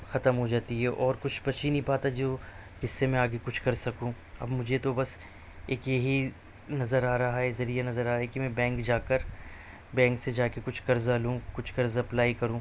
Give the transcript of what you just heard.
ختم ہو جاتی ہے اور کچھ بچ ہی نہیں پاتا جو جس سے میں آگے میں کچھ کر سکوں اب مجھے تو بس ایک یہی نظر آ رہا ہے ذریعہ نظر آئے کہ میں بینک جا کر بینک سے جاکے کچھ قرضہ لوں کچھ قرضہ اپلائی کروں